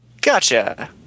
Gotcha